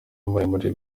muremure